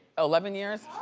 eleven years.